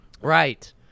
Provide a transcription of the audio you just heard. right